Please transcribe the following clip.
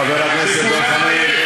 חבר הכנסת דב חנין.